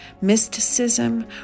mysticism